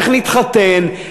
איך נתחתן,